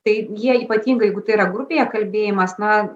tai jie ypatingai jeigu tai yra grupėje kalbėjimas na